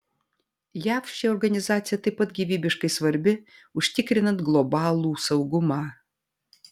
jav ši organizacija taip pat gyvybiškai svarbi užtikrinant globalų saugumą